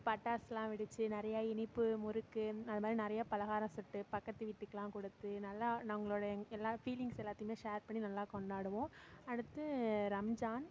பட்டாசுலாம் வெடித்து நிறையா இனிப்பு முறுக்கு அது மாதிரி நிறையா பலகாரம் சுட்டு பக்கத்துக்கு வீட்டுக்கெல்லாம் கொடுத்து நல்லா நாங்க அவங்களோட எல்லா ஃபீலிங்ஸ் எல்லாத்தையுமே ஷேர் பண்ணி நல்லா கொண்டாடுவோம் அடுத்து ரம்ஜான்